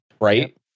right